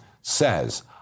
says